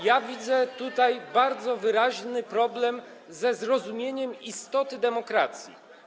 Ja widzę tutaj bardzo wyraźny problem ze zrozumieniem istoty demokracji.